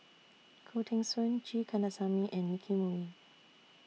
Khoo Teng Soon G Kandasamy and Nicky Moey